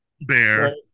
bear